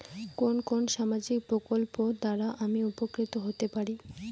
কোন কোন সামাজিক প্রকল্প দ্বারা আমি উপকৃত হতে পারি?